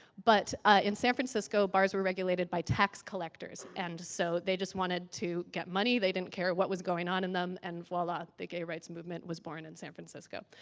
but ah in san francisco bars were regulated by tax collectors and so they just wanted to get money. they didn't care what was going on in on, and, voila, the gay rights movement was born in san francisco.